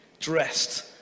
dressed